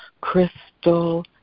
crystal